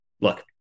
look